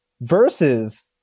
versus